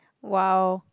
!wow!